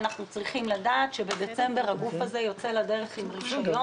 אנחנו צריכים לדעת שבדצמבר הגוף הזה יוצא לדרך עם רישיון.